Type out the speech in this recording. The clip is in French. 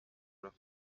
leurs